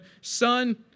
Son